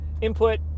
input